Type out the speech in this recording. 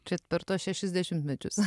čia per tuos šešis dešimtmečius